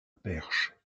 perche